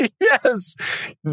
Yes